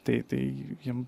tai tai jiem